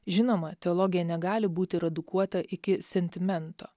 žinoma teologija negali būti redukuota iki sentimento